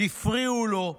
הפריעו לו,